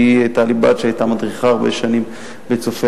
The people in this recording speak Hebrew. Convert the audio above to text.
כי בתי היתה מדריכה הרבה שנים ב"צופי